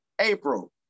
April